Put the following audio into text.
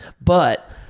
but-